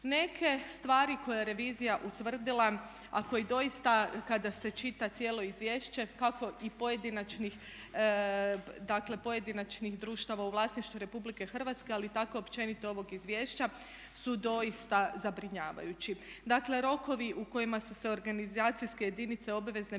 Neke stvari koje je revizija utvrdila, a koje doista kada se čita cijelo izvješće, kako i pojedinačnih društava u vlasništvu RH ali tako općenito i ovog izvješća, su doista zabrinjavajući. Dakle, rokovi u kojima su se organizacijske jedinice obavezne